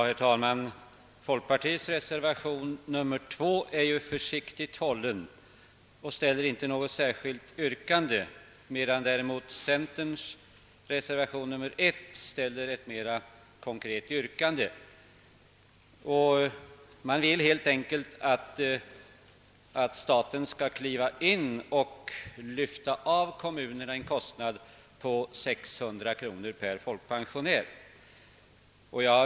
Herr talman! Folkpartiets reservation II är försiktigt hållen och ställer inte något särskilt yrkande, medan däremot centerns reservation I ställer ett mera konkret sådant. Man vill helt enkelt att staten skall träda in och lyfta av kommunerna en kostnad på 600 kronor per folkpensionär.